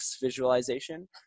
visualization